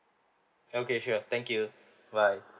okay sure thank you bye